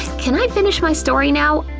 can i finish my story now?